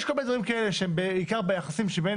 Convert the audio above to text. יש כל מיני דברים כאלה שהם בעיקר ביחסים שבין